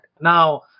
Now